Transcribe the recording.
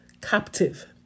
captive